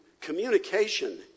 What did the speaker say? communication